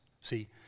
See